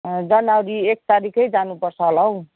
जनवरी एक तारिखै जानुपर्छ होला हौ